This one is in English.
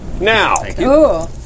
Now